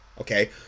Okay